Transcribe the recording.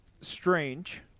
strange